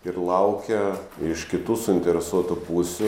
ir laukia iš kitų suinteresuotų pusių